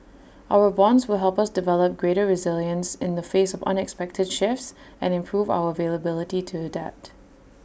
our bonds will help us develop greater resilience in the face of unexpected shifts and improve our availability to adapt